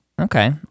Okay